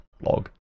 blog